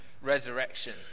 resurrection